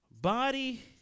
Body